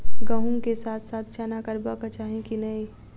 गहुम केँ साथ साथ चना करबाक चाहि की नै?